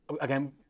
Again